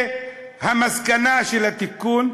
שהמסקנה של התיקון: